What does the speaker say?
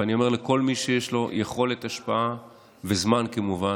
ואני אומר לכל מי שיש לו יכולת השפעה וזמן, כמובן,